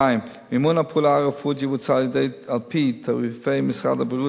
2. מימון הפעולה הרפואית יבוצע על-פי תעריפי משרד הבריאות